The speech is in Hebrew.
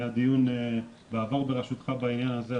היה דיון בעבר בראשותך בעניין הזה,